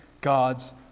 God's